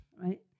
right